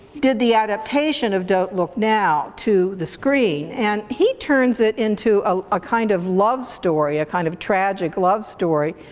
did the adaptation of don't look now to the screen and he turns it into ah a kind of love story, a kind of tragic love story,